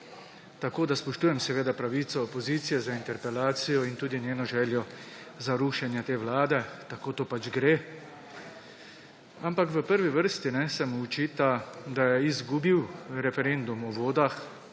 Seveda spoštujem pravico opozicije za interpelacijo in tudi njeno željo za rušenje te vlade, tako to pač gre. V prvi vrsti se mu očita, da je izgubil referendum o vodah